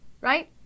right